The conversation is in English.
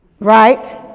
right